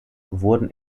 wurden